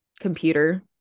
computer